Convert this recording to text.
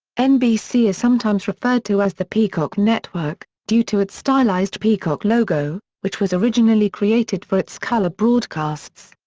nbc is sometimes referred to as the peacock network, due to its stylized peacock logo, which was originally created for its color broadcasts.